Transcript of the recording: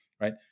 right